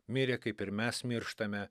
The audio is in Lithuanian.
mirė kaip ir mes mirštame